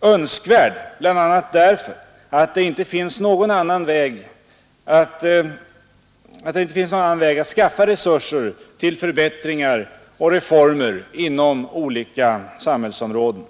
Önskvärd, bl.a. därför att det inte finns någon annan väg att skaffa resurser till förbättringar och reformer inom olika samhällsområden.